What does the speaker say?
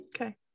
okay